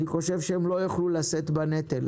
אני חושב שהם לא יכלו לשאת בנטל,